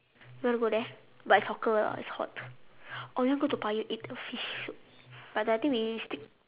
want to go there but it's hawker lah it's hot or you want go toa payoh eat fish soup but I think we stick